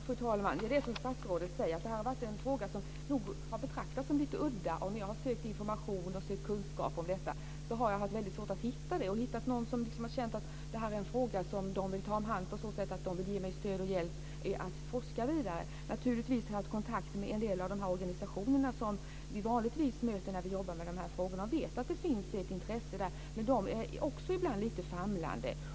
Fru talman! Det är som statsrådet säger, att detta har varit en fråga som nog har betraktats som lite udda. När jag har sökt information och kunskap om detta har jag haft väldigt svårt att hitta det och hitta någon som har känt att detta är en fråga som man vill ta om hand på så sätt att man vill ge mig stöd och hjälp att forska vidare. Naturligtvis har jag haft kontakt med en del av de organisationer som vi vanligtvis möter när vi jobbar med dessa frågor. Och jag vet att det finns ett intresse där. Men de är också ibland lite famlande.